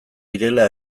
direla